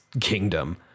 kingdom